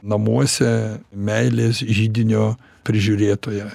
namuose meilės židinio prižiūrėtoja